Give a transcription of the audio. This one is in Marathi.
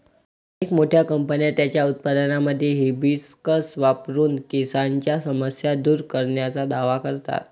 अनेक मोठ्या कंपन्या त्यांच्या उत्पादनांमध्ये हिबिस्कस वापरून केसांच्या समस्या दूर करण्याचा दावा करतात